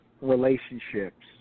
Relationships